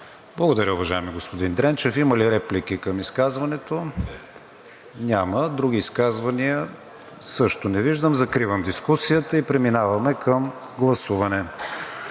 Благодаря, уважаеми господин Дренчев. Има ли реплики към изказването? Няма. Други изказвания? Също не виждам. Закривам дискусията и преминаваме към гласуване.